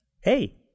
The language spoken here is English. Hey